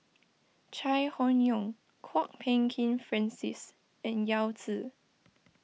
Chai Hon Yoong Kwok Peng Kin Francis and Yao Zi